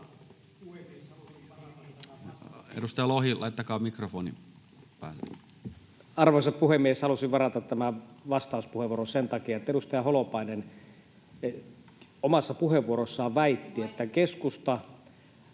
Arvoisa puhemies! Halusin varata tämän vastauspuheenvuoron sen takia, että edustaja Holopainen omassa puheenvuorossaan väitti, että keskustalle